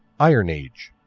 iron age